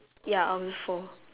ya out of the four